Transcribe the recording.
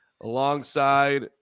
alongside